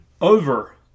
over